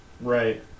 Right